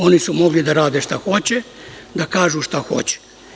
Oni su mogli da rade šta hoće, da kažu šta hoće.